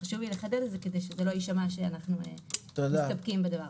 חשוב לי לחדד את זה כדי שלא ישתמע שאנו מסתפקים בזה.